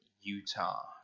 Utah